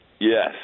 Yes